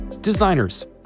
Designers